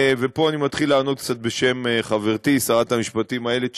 ופה אני מתחיל לענות קצת בשם חברתי שרת המשפטים איילת שקד,